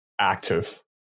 Active